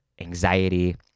anxiety